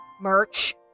merch